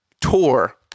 tour